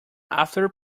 after